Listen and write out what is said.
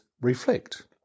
reflect